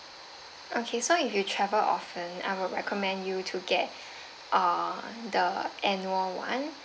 okay so if you travel often I will recommend you to get uh the annual one